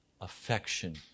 affection